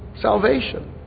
salvation